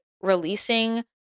releasing